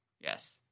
Yes